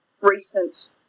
recent